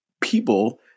people